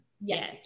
Yes